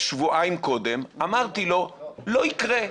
שבועיים קודם אמרתי לו: לא יקרה.